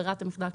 ברירת המחדל,